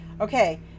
Okay